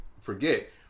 forget